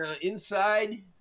Inside